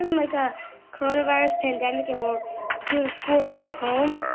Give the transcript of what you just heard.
like, a coronavirus pandemic and we're doing school from home,